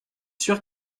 sûr